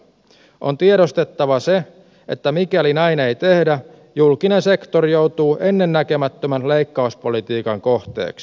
on tiedostettava se että mikäli näin ei tehdä julkinen sektori joutuu ennennäkemättömän leikkauspolitiikan kohteeksi